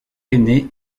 aîné